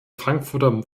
frankfurter